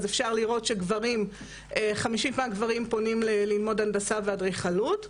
אפשר לראות שחמישית מהגברים פונים ללמוד הנדסה ואדריכלות,